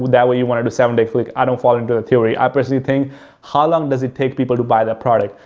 that way, you want to do seven day click. i don't fall into a theory. i personally thing how long does it take people to buy the product?